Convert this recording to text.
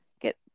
get